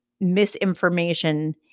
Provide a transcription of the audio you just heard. misinformation